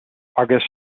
august